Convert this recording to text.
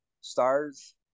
stars